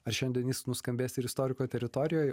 ar šiandien jis nuskambės ir istoriko teritorijoj